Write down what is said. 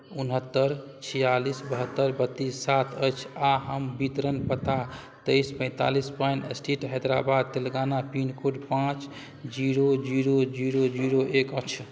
उनहत्तरि छियालीस बहत्तरि बत्तीस सात अछि आ हम वितरण पता तेइस पैंतालीस pine street Hyderabad Telangana pincode पाँच जीरो जीरो जीरो जीरो एक अछि